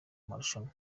marushanwa